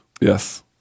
Yes